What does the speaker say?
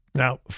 Now